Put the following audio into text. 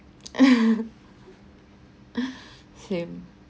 same